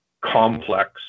complex